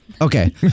Okay